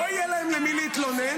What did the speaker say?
לא יהיה להם למי להתלונן,